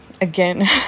again